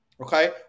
okay